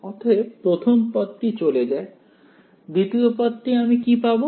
অতএব প্রথম পদটি চলে যায় দ্বিতীয় পদ আমি কি পাবো